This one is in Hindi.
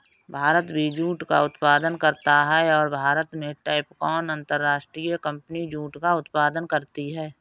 भारत भी जूट का उत्पादन करता है भारत में टैपकॉन अंतरराष्ट्रीय कंपनी जूट का उत्पादन करती है